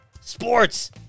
Sports